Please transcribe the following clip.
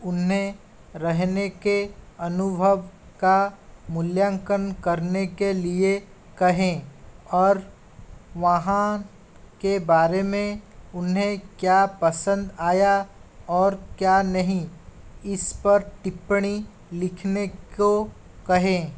उन्हे रहने के अनुभव का मूल्यांकन करने के लिए कहें और वहाँ के बारे में उन्हें क्या पसंद आया और क्या नहीं इस पर टिप्पणी लिखने को कहें